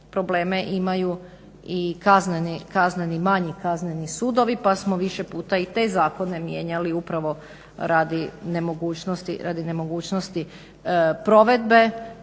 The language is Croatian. imaju i kazneni, manji kazneni sudovi pa smo više puta i te zakone mijenjali upravo radi nemogućnosti provedbe